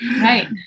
Right